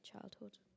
childhood